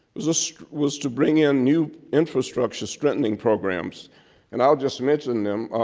was ah so was to bring in new infrastructure strengthening programs and i'll just mention them.